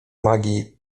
magii